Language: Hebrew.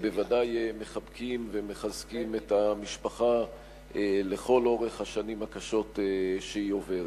בוודאי מחבקים ומחזקים את המשפחה לכל אורך השנים הקשות שהיא עוברת.